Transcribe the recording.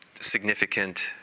significant